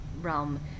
realm